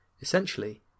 Essentially